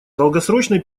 долгосрочной